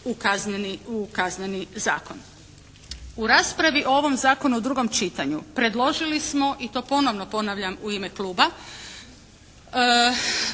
u Kazneni zakon. U raspravi o ovom zakonu u drugom čitanju predložili smo i to ponovno ponavljam u ime kluba